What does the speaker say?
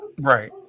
Right